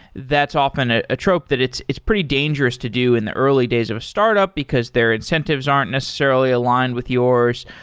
that's often ah a trope that it's it's pretty dangerous to do in the early days of a startup, because their incentives aren't necessarily aligned with yours,